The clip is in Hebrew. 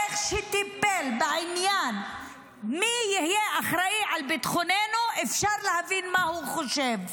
מאיך שהוא טיפל בעניין מי יהיה אחראי לביטחוננו אפשר להבין מה הוא חושב.